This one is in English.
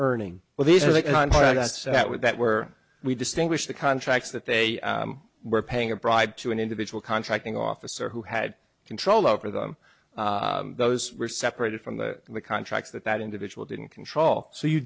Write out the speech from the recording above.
earning well these are that would that were we distinguish the contracts that they were paying a bribe to an individual contracting officer who had control over them those were separated from the contracts that that individual didn't control so you